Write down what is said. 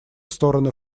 стороны